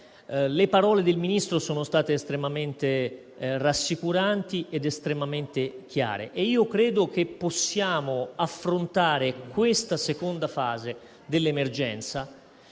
Le parole del Ministro sono state estremamente rassicuranti ed estremamente chiare e io credo che possiamo affrontare questa seconda fase dell'emergenza,